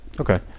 Okay